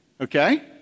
Okay